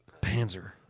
Panzer